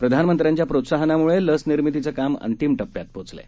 प्रधानमंत्र्यांच्याप्रोत्साहनाम्ळेलसनिर्मितीचं कामअंतीमटप्प्यातपोचलंय